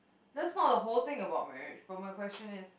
that's not the whole thing about marriage but my question is